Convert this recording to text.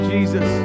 Jesus